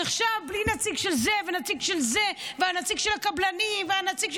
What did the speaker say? אז עכשיו בלי נציג של זה ונציג של זה והנציג של הקבלנים והנציג,